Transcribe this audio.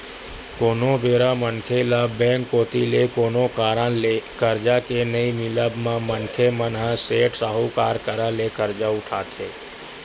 कोनो बेरा मनखे ल बेंक कोती ले कोनो कारन ले करजा के नइ मिलब म मनखे मन ह सेठ, साहूकार करा ले करजा उठाथे